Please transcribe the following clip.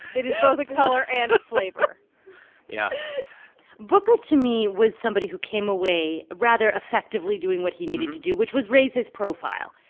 it is both a color and a flavor yeah booker, to me, was somebody who came away rather effectively doing what he needed to do, which was raise his profile.